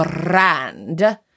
brand